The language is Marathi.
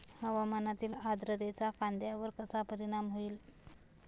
हवामानातील आर्द्रतेचा कांद्यावर कसा परिणाम होईल?